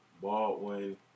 Baldwin